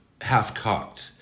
half-cocked